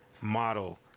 model